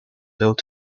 built